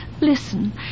Listen